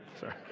Sorry